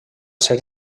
ser